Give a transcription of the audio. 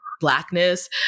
blackness